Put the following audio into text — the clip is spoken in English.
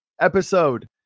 episode